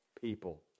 people